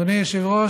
אדוני היושב-ראש,